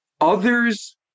others